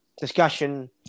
discussion